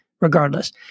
regardless